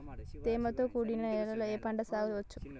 తేమతో కూడిన నేలలో ఏ పంట సాగు చేయచ్చు?